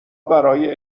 برای